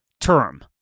term